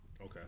Okay